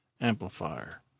amplifier